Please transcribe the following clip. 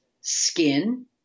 skin